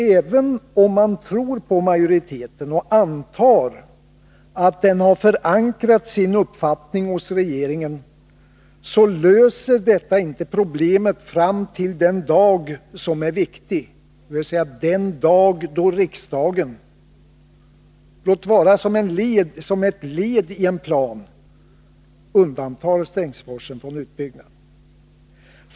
Även om man tror på majoriteten och antar att den har förankrat sin uppfattning hos regeringen löser detta inte problemet fram till den dag som är viktig, dvs. den dag då riksdagen — låt vara som ett led i en plan — undantar Strängsforsen från utbyggnad.